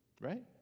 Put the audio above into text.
right